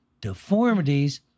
deformities